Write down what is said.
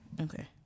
Okay